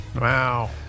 Wow